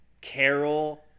Carol